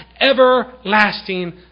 everlasting